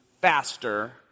faster